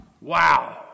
Wow